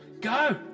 go